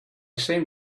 seemed